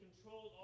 controlled